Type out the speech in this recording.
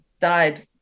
died